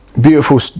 beautiful